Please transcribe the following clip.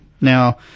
Now